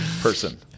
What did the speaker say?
person